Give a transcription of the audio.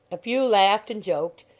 a few laughed and joked,